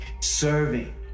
serving